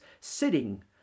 sitting